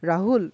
Rahul